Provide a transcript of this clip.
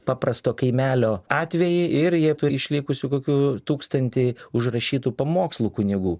paprasto kaimelio atvejį ir jie turi išlikusių kokių tūkstantį užrašytų pamokslų kunigų